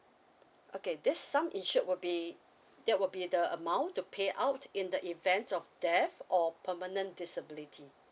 okay this sum insured will be that will be the amount to pay out in the event of death or permanent disability